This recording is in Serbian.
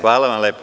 Hvala vam lepo.